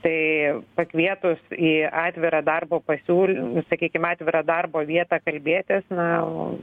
tai pakvietus į atvirą darbo pasiūl sakykim atvirą darbo vietą kalbėtis na